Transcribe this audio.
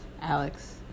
Alex